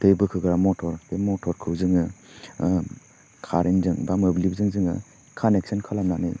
दै बोखोग्रा मटर बे मटरखौ जोङो कारेन्टजों बा मोब्लिबजों जोङो कानेकसन खालामनानै